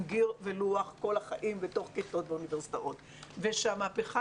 גיר ולוח כל החיים ובתוך כיתות באוניברסיטאות ושהמהפכה